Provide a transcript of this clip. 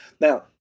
Now